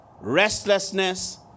restlessness